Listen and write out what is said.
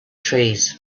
trees